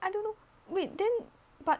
I don't know wait then but